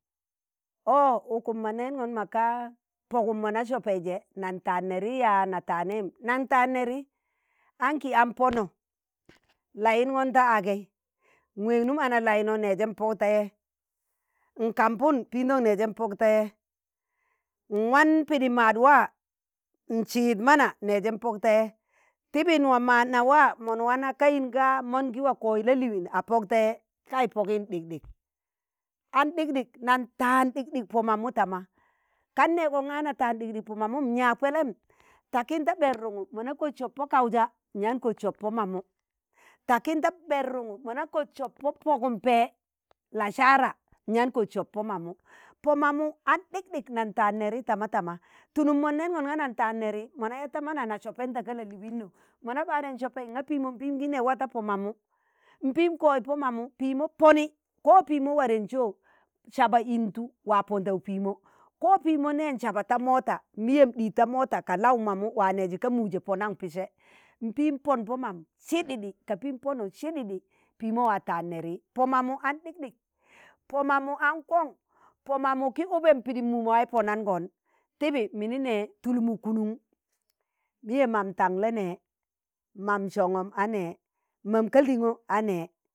ọ ukum ma neengon maka pogum mo na sopei je nan taan nẹri yaa na tanim? nan taan neri aṇki a pọnọ layingon ta agẹi nweeg num analainọ neejun pok tee, nkambum mindoṇ neezun pọk tee, nwan pidi maad waa n'siid mana nejin pọk, tee tibi nwaa maadna waa mọn wana ka yin ga mon gi waa koyi la'liin a pọk tẹẹ, kai pogin ɗik ɗik aṇ ɗik ɗik nan tạan ɗik ɗik pọ mamu tama kan nẹẹgo nga na tạan ɗik ɗik, pọ mamụn nyaag pelem takin da ɓer rụng̣ụ mọ na kot sob pọ kauja myaan kot sob po mamu takin da mẹr rụngu mona kod sub pogum pẹẹ la'saara nyan kot sob pọ mamu, pọ mamu aṇ ɗik ɗik nan tạan nẹri tama tama, tulum mọn nẹẹngon ṇga nan tạan nẹri mọna ya ta mana na sọpen ta ka la'liino mana ɓaren sopi nga piimo piim gi ne waa ta pọ mamu, mpiim koy po mamu pịimo pone ko piimo ware njo saba iltu wa pondau piimo, ko pimo neen saba ta mota, miyem ɗiz ta mota ka lau mamu waa meji ka muje ponam pisẹ npim pon pọ mamu sididi ka piim ponuk sididi. piimo waa taan nẹri pọ mamu aṇ ɗik ɗik pọ mamu aṇ kọṇ poo mamu ki ube pidim momawai ponangon tibi mini ne tulmu kunuṇ, miye man taṇle nẹẹ man shọṇgọn a nẹẹ, man kalɗing̣o a nẹẹ.